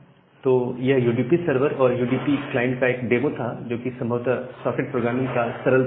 तो यह UDP server और यूडीपी क्लाइंट का एक डेमो था जो कि संभवत सॉकेट प्रोग्रामिंग का सरलतम रूप है